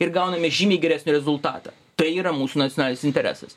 ir gauname žymiai geresnį rezultatą tai yra mūsų nacionalinis interesas